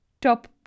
top